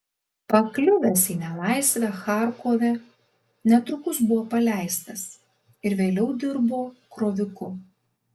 pakliuvęs į nelaisvę charkove netrukus buvo paleistas ir vėliau dirbo kroviku